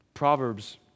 Proverbs